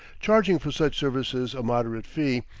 charging for such services a moderate fee,